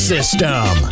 System